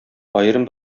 аерым